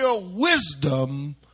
wisdom